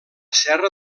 serra